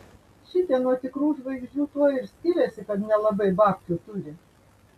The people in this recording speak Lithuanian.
šitie nuo tikrų žvaigždžių tuo ir skiriasi kad nelabai babkių turi